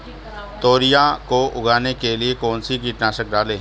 तोरियां को उगाने के लिये कौन सी कीटनाशक डालें?